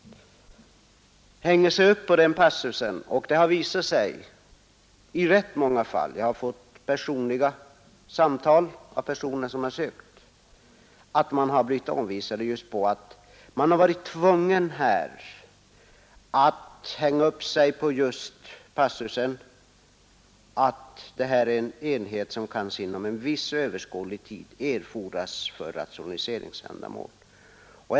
I flera fall har jag fått personliga samtal från människor som sökt — men blivit avvisade på grund av just denna passus som reserverar brukningsenheten för framtida rationaliseringbehov.